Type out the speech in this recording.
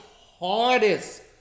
hardest